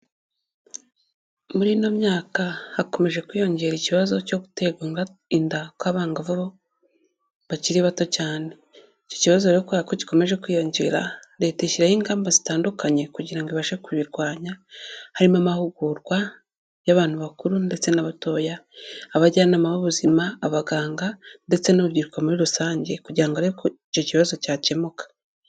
Muri inno myaka hakomeje kwiyongera ikibazo cyo gutegura inda kw'abangavu bakiri bato cyane. Iki kibazo kuberako gikomeje kwiyongera, leta ishyiraho ingamba zitandukanye kugira ibashe kukirwanya harimo amahugurwa y'abantu bakuru ndetse n'abatoya, abajyanama b'ubuzima, abaganga ndetse n'urubyiruko muri rusange kugira ngo irebe ko icyo kibazo cyakemuka.